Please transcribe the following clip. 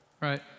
right